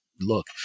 look